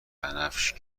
بنفش